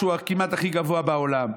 שהוא כמעט הכי גבוה בעולם,